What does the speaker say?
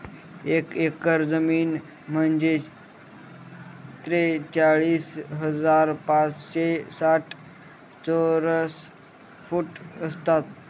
एक एकर जमीन म्हणजे त्रेचाळीस हजार पाचशे साठ चौरस फूट असतात